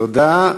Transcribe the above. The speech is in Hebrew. תודה.